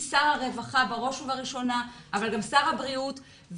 - בראש ובראשונה שר הרווחה אבל גם שר הבריאות,